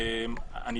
ברור.